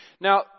Now